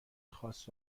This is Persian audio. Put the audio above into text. خاص